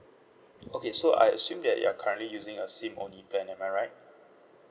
okay so I assume that you are currently using a SIM only plan am I right